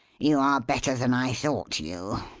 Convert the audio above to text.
you are better than i thought you.